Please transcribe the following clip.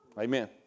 Amen